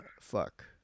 Fuck